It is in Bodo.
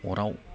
अराव